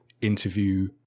interview